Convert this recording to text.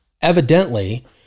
Evidently